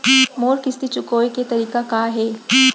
मोर किस्ती चुकोय के तारीक का हे?